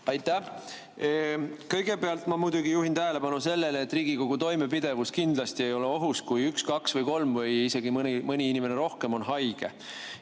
Aitäh! Kõigepealt ma muidugi juhin tähelepanu sellele, et Riigikogu toimepidevus kindlasti ei ole ohus, kui üks, kaks, kolm inimest või isegi mõni inimene rohkem on haige.